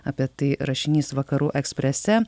apie tai rašinys vakarų eksprese